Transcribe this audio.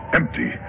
empty